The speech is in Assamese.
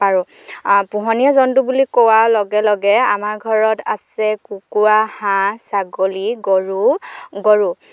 পাৰোঁ পোহনীয়া জন্তু বুলি কোৱাৰ লগে লগে আমাৰ ঘৰত আছে কুকুৰা হাঁহ ছাগলী গৰু গৰু